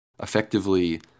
effectively